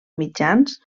mitjans